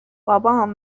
بابام